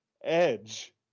Edge